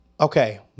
Okay